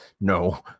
no